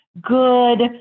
good